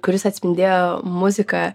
kuris atspindėjo muziką